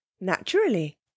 Naturally